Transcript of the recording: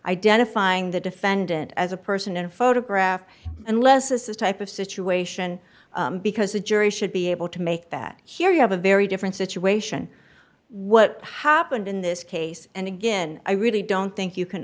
identifying the defendant as a person in a photograph and less this is type of situation because the jury should be able to make that here you have a very different situation what happened in this case and again i really don't think you can